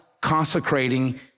consecrating